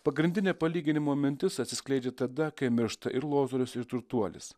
pagrindinė palyginimo mintis atsiskleidžia tada kai miršta ir lozorius ir turtuolis